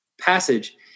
passage